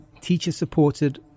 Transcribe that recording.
teacher-supported